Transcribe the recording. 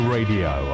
Radio